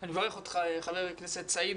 אני מברך אותך, חבר הכנסת סעיד.